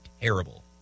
terrible